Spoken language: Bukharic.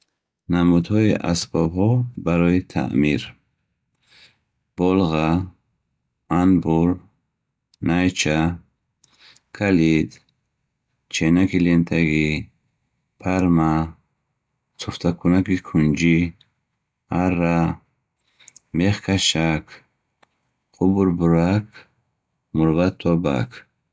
намудҳои асбобҳо барои таъмир: болға, анбӯр, найча, калид, ченаки лентагӣ, парма, суфтакунаки кунҷӣ, арра, мехкашак, қубурбурӣк, мурваттобак